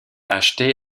achetée